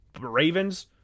Ravens